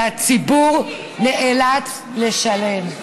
והציבור נאלץ לשלם.